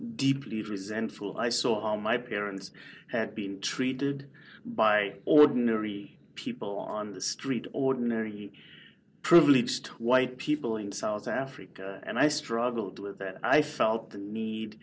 deeply resentful i saw how my parents had been treated by ordinary people on the street ordinary privileged white people in south africa and i struggled with that i felt the need